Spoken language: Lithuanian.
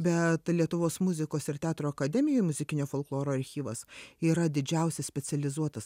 bet lietuvos muzikos ir teatro akademijoj muzikinio folkloro archyvas yra didžiausias specializuotas